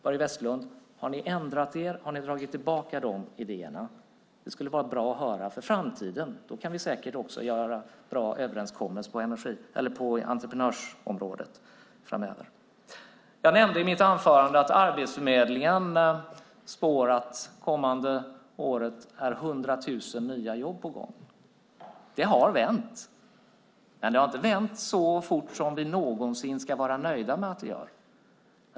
Har ni ändrat er, Börje Vestlund? Har ni dragit tillbaka de idéerna? Det skulle vara bra att höra det inför framtiden. Då kan vi säkert få bra överenskommelser på entreprenörsområdet framöver. Jag nämnde i mitt anförande att Arbetsförmedlingen spår att det är 100 000 nya jobb på gång det kommande året. Det har vänt, men det har inte vänt så fort att vi ska vara nöjda.